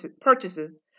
purchases